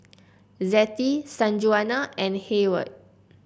Zettie Sanjuana and Heyward